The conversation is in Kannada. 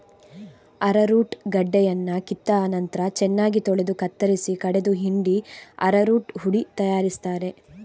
ಅರರೂಟ್ ಗಡ್ಡೆಯನ್ನ ಕಿತ್ತ ನಂತ್ರ ಚೆನ್ನಾಗಿ ತೊಳೆದು ಕತ್ತರಿಸಿ ಕಡೆದು ಹಿಂಡಿ ಅರರೂಟ್ ಹುಡಿ ತಯಾರಿಸ್ತಾರೆ